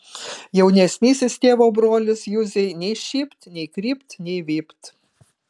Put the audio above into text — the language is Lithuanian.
jaunesnysis tėvo brolis juzei nei šypt nei krypt nei vypt